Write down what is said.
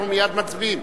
אנחנו מייד מצביעים.